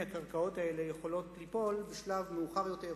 הקרקעות האלה יכולות ליפול בשלב מאוחר יותר,